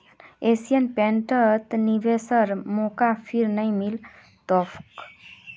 Asian पेंटत निवेशेर मौका फिर नइ मिल तोक